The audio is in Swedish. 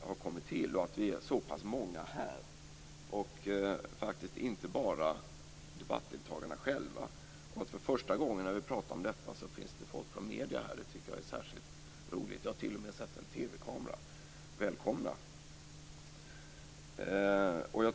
har kommit till och att vi är så pass många här. Det är faktiskt inte bara debattdeltagarna. För första gången när vi pratar om detta finns folk från medierna här. Det är särskilt roligt. Jag har t.o.m. sett en TV-kamera. Välkomna!